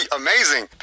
amazing